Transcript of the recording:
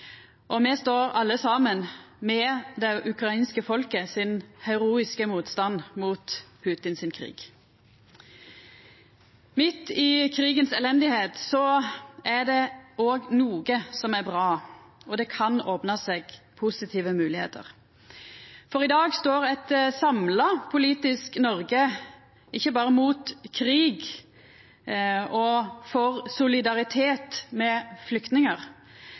Me står alle saman med den heroiske motstanden til det ukrainske folket mot Putins krig. Midt i krigens elende er det òg noko som er bra, og det kan opna seg positive moglegheiter. For i dag står eit samla politisk Noreg ikkje berre mot krig og for solidaritet med flyktningar,